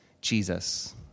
Jesus